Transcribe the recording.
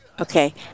Okay